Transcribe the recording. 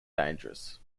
dangerous